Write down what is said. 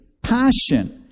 passion